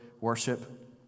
worship